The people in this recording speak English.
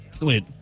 Wait